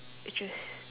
it's just